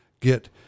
get